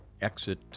exit